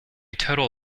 total